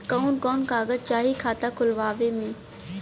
कवन कवन कागज चाही खाता खोलवावे मै?